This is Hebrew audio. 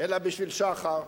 אלא בשביל שחר,